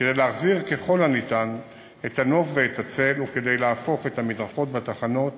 כדי להחזיר ככל הניתן את הנוף ואת הצל וכדי להפוך את המדרכות והתחנות